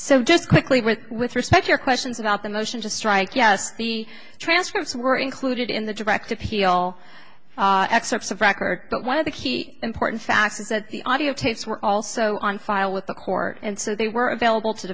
so just quickly with with respect your questions about the motion to strike yes the transcripts were included in the direct appeal excerpts of record but one of the key important facts is that the audio tapes were also on file with the court and so they were available to